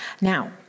Now